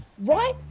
right